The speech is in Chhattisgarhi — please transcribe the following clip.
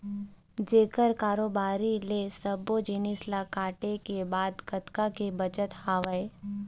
जेखर कारोबारी ले सब्बो जिनिस ल काटे के बाद कतका के बचत हवय